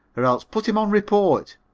or else put him on report,